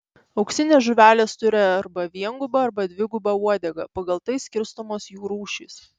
auksinės žuvelės turi arba viengubą arba dvigubą uodegą pagal tai skirstomos jų rūšys